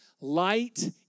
light